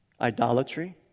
Idolatry